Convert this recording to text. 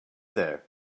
there